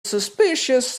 suspicious